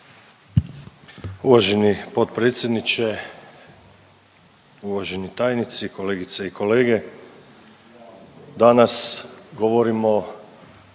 Uvaženi potpredsjedniče, uvaženi tajnici, kolegice i kolege, danas govorimo o